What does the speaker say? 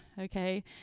Okay